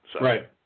Right